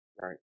Right